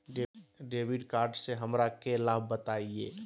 Debit card से हमरा के लाभ बताइए?